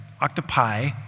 octopi